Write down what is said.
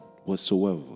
whatsoever